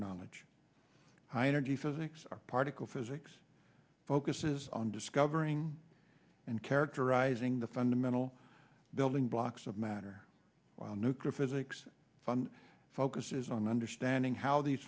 knowledge high energy physics our particle physics focuses on discovering and characterizing the fundamental building blocks of matter while nuclear physics fun focuses on understanding how these